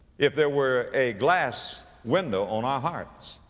if there were a glass window on our hearts,